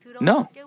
No